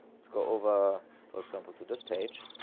let's go over, for example to this page.